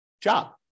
job